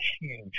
huge